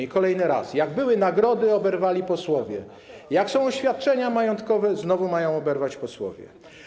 I kolejny raz: jak były nagrody, oberwali posłowie, jak są oświadczenia majątkowe, znowu mają oberwać posłowie.